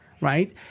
right